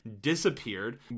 disappeared